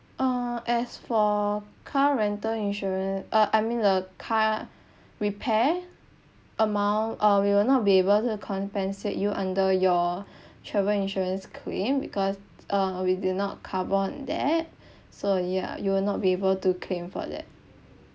uh as for car rental insuran~ uh I mean the car repair amount uh we will not be able to compensate you under your travel insurance claim because uh we did not cover on that so ya you will not be able to claim for that